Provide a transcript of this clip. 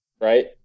right